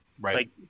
Right